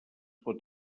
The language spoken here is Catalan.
pot